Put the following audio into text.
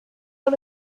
one